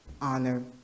honor